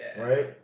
right